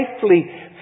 safely